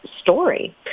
story